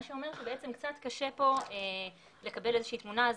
זה אומר שקשה פה לקבל איזושהי תמונה.